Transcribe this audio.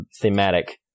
thematic